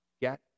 get